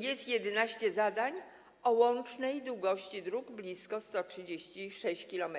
jest 11 zadań o łącznej długości dróg blisko 136 km.